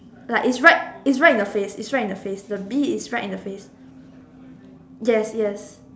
like is right is right in the face is right in the face the bee is right in the face alright that one yes yes